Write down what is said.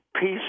peace